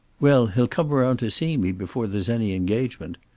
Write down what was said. well, he'll come around to see me before there's any engagement.